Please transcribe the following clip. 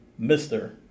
mr